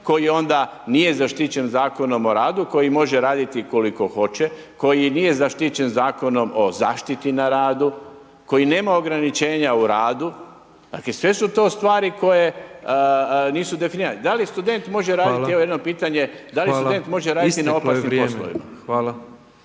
koji onda nije zaštićen Zakonom o radu, koji može raditi koliko hoće, koji nije zaštićen Zakonom o zaštiti na radu, koji nema ograničenja u radu. Dakle sve su to stvari koje nisu definirane. Da li student može raditi, evo jedno pitanje, da li student može raditi na opasnim poslovima?